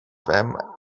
them